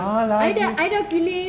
!aww!